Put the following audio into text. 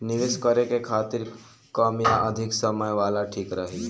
निवेश करें के खातिर कम या अधिक समय वाला ठीक रही?